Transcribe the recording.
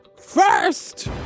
First